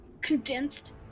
condensed